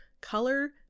color